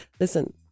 listen